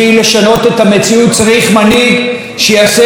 צריך מנהיג שיעשה מהלכים שישנו,